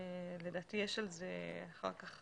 לדעתי יש על זה אחר כך